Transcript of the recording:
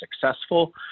successful